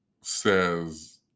says